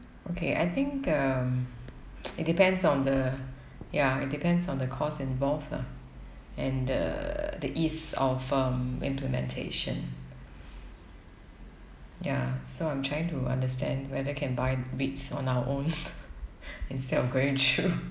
okay I think um it depends on the ya it depends on the cost involved lah and the the ease of um implementation ya so I'm trying to understand whether can buy REITs on our own instead of going through